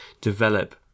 develop